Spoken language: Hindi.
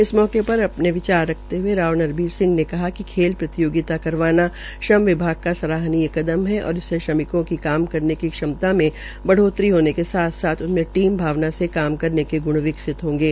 इस अवसर पर अपने विचार रखते हए राव नरबीर सिंह ने कहा कि खेल प्रतियोगिता करवाना श्रम विभाग का सराहनीय कदम है और इससे श्रमिकों की काम करने की क्षमता में ब ोतरी होने के साथ साथ उनमें टीम भावना से काम करने के ग्ण विकसित होंगे